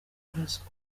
kuraswa